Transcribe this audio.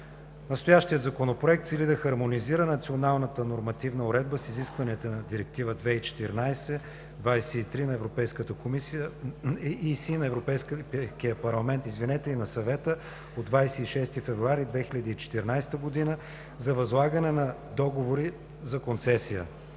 Настоящият Законопроект цели да хармонизира националната нормативна уредба с изискванията на Директива 2014/23/ЕС на Европейския парламент и на Съвета от 26 февруари 2014 г. за възлагане на договори за концесия.